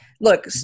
Look